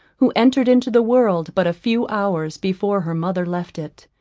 who entered into the world but a few hours before her mother left it.